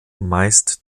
meist